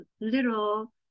little